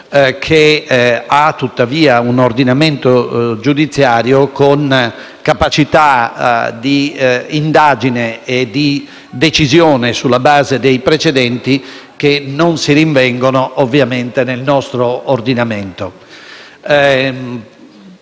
che ha tuttavia un ordinamento giudiziario con capacità d'indagine e di decisione sulla base dei precedenti che non si rinvengono nel nostro ordinamento.